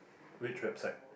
which website